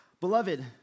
Beloved